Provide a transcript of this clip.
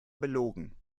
belogen